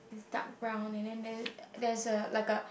it's dark brown and then there there is like a